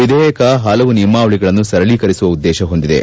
ವಿಧೇಯಕ ಪಲವು ನಿಯಮಾವಳಗಳನ್ನು ಸರಳೀಕರಿಸುವ ಉದ್ದೇಶ ಹೊಂದಿದೆ